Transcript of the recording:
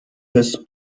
his